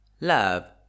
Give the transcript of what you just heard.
Love